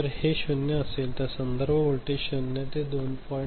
जर हे 0 असेल तर ते संदर्भ व्होल्टेज 0 ते 2